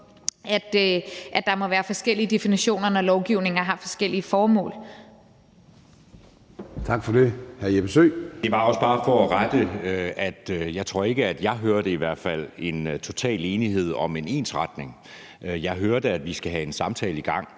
at der må være forskellige definitioner, når lovgivninger har forskellige formål.